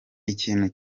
ikintu